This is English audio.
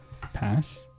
Pass